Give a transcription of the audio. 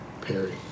Perry